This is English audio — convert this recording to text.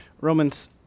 Romans